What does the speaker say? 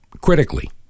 critically